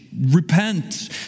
repent